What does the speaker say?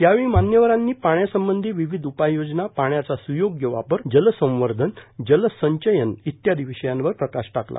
यावेळी मान्यवरांनी पाण्यासंबंधी विविध उपाययोजना पाण्याचा सुयोग्य वापर जलसंवर्षन जलसंवर्षन इत्यादी विषयांवर प्रकाश टाकला